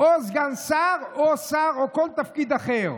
או סגן שר או שר או כל תפקיד אחר,